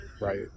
right